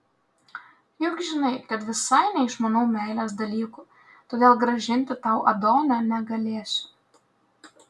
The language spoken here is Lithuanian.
juk žinai kad visai neišmanau meilės dalykų todėl grąžinti tau adonio negalėsiu